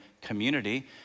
community